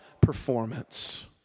performance